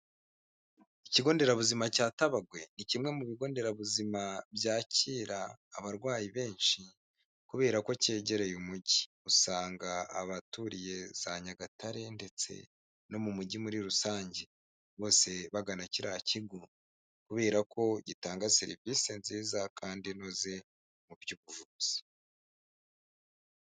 Ikigo nderabuzima cya Tabagwe ni kimwe mu bigo nderabuzima byakira abarwayi benshi kubera ko cyegereye umujyi, usanga abaturiye za Nyagatare ndetse no mu mujyi muri rusange bose bagana kiriya kigo kubera ko gitanga serivisi nziza kandi inoze mu by'ubuvuzi.